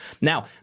Now